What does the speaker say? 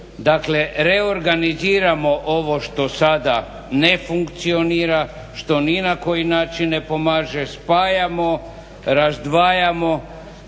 dakle reorganiziramo ovo što sada ne funkcionira, što ni na koji način ne pomaže, spajamo, razdvajamo,